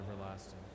everlasting